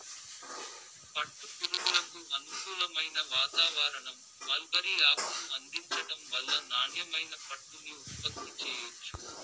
పట్టు పురుగులకు అనుకూలమైన వాతావారణం, మల్బరీ ఆకును అందించటం వల్ల నాణ్యమైన పట్టుని ఉత్పత్తి చెయ్యొచ్చు